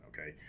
Okay